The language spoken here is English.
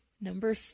Number